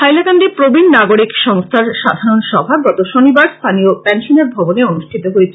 হাইলাকান্দি প্রবীন নাগরিক সংস্থার সাধারন সভা গত শনিবার স্থানীয় পেনশনার ভবনে অনুষ্ঠিত হয়েছে